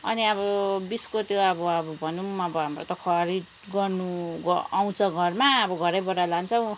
अनि अब बिचको त्यो अब अब भनौँ हाम्रो त खरिद गर्नु आउँछ घरमा घरैबाट लान्छ